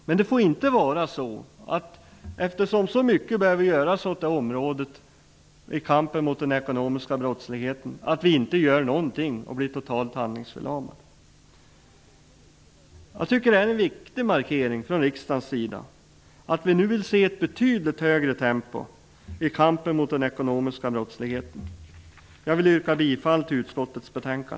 Men det får inte bli så att vi inte gör någonting och blir totalt handlingsförlamade därför att så mycket behöver göras i kampen mot den ekonomiska brottsligheten. Jag tycker att det är en viktig markering från riksdagens sida att vi nu vill se ett betydligt högre tempo i kampen mot den ekonomiska brottsligheten. Jag yrkar bifall till utskottets hemställan.